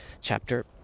chapter